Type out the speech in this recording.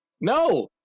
No